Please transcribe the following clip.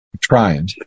trying